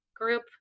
Group